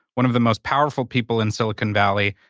one of the most powerful people in silicon valley,